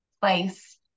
place